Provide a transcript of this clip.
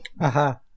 Aha